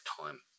time